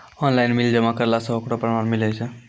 Online bill जमा करला से ओकरौ परमान मिलै छै?